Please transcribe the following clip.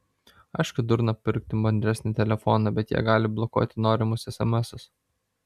aišku durna pirkti mandresnį telefoną bet jie gali blokuoti norimus esemesus